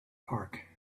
park